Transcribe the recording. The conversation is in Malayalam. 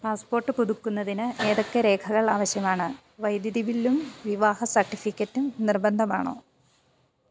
പാസ്പോർട്ട് പുതുക്കുന്നതിന് ഏതൊക്കെ രേഖകൾ ആവശ്യമാണ് വൈദ്യുതി ബില്ലും വിവാഹ സർട്ടിഫിക്കറ്റും നിർബന്ധമാണോ